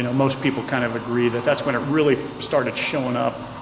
you know most people kind of agree that that's when it really started showing up.